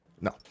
No